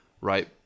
right